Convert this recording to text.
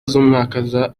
z’umwaka